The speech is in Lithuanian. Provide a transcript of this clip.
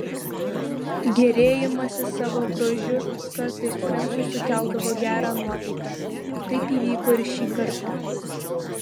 gėrėjimasis savo grožiu kartais princui sukeldavo gerą nuotaiką taip įvyko ir šį kartą